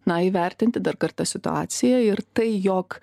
na įvertinti dar kartą situaciją ir tai jog